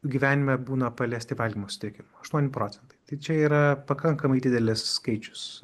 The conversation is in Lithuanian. gyvenime būna paliesti valymo sutrikimų aštuoni procentai tai čia yra pakankamai didelis skaičius